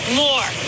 more